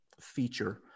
feature